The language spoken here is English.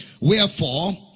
Wherefore